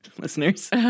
listeners